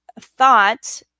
thought